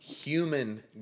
human